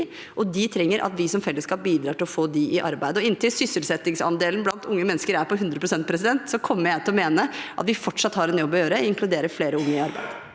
og de trenger at vi som fellesskap bidrar til å få dem i arbeid. Og inntil sysselsettingsandelen blant unge mennesker er på 100 pst., kommer jeg til å mene at vi fortsatt har en jobb å gjøre for å inkludere flere unge i arbeid.